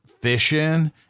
fishing